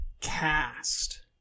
cast